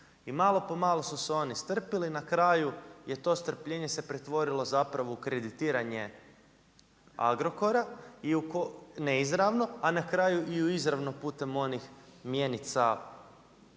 I malo po malo su se oni strpjeli i na kraju je to strpljenje se pretvorilo zapravo u kreditiranje Agrokora, neizravno, a na kraju i u izravno putem onih mjenica,